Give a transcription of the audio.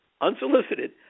unsolicited